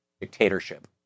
dictatorship